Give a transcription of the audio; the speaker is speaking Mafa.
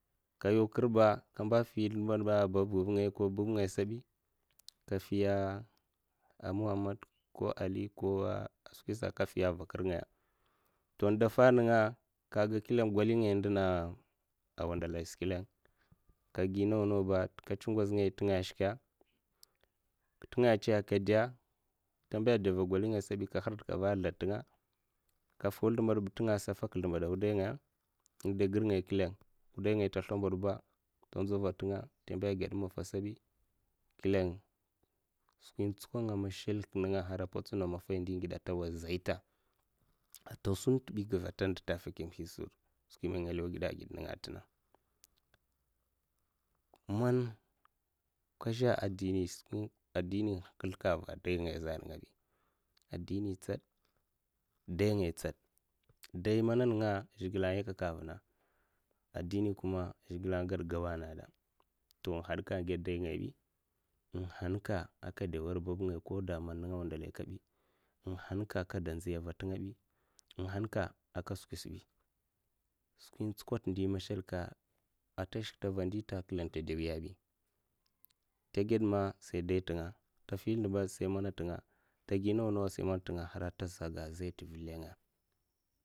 Ka yau kir ɓa amba aka fi zlèmbad baɓ babba nga azbi sai kafi muhammaduko ali ko skwi sa aka fiya ava a kir ngaya, to nda n'fa nènga kaga wudaynga n; dèna a wandalahii klèng, kagi nawa nawa, kachè ngoz ba tinga ashika tachi man mana a tinka kadè, kamba aɗè va a golinga asabi ka hurdèkava a zlazlad tinga a, kafi zlèmbad ba tinga asa da faka a zlèmbad a kirngaya, wudaynga ta zlambadaba tuva tinga amba ata gèdè dayi maffa asabi klèng skwi n'tsukonga a patsina a man har maffay ndi ngidè ataway zaita, tasinta bi guva ata ndèta a fèkim hi a skwi man nga lèw gidè gidè tingadayi mana nènga zhigliè a yakanga avuna dayi ngay tsad addini tsad, dayi nènga zhigilè a yakaka avuna addini kuma n' hadka a gèd dayi ngaya bi, n'han ka akada wèr babngaya man nènga ko man wandalahi kabi n'hanka aka da ndzi ava a tinga bi, nèng ata a skwi tsukota ndi mèshèlika ta dè wiya bi, tagi mè ba sai man atènga, tafi zlèmbad ba sai man a tunga harman ata sa da zaita,